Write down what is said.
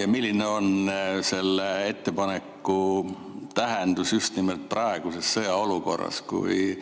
Ja milline on selle ettepaneku tähendus just nimelt praeguses sõjaolukorras, kui